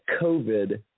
COVID